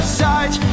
side